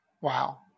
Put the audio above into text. Wow